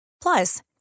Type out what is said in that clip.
Plus